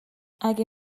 اگه